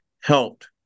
helped